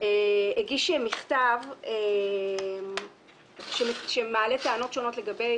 הגיש מכתב שמעלה טענות שונות לגבי